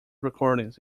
recordings